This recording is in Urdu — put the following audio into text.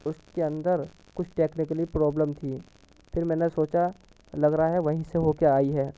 اس کے اندر کچھ ٹیکنیکلی پرابلم تھی پھر میں نے سوچا لگ رہا ہے وہیں سے ہو کے آئی ہے